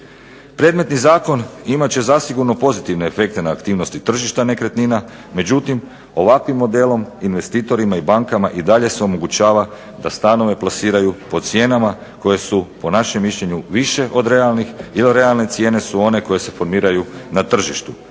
Predmetni zakon imat će zasigurno pozitivne efekte na aktivnosti tržišta nekretnina, međutim ovakvim modelom investitorima i bankama i dalje se omogućava da stanove plasiraju po cijenama koje su po našem mišljenju više od realnih, jer realne cijene su one koje se formiraju na tržištu,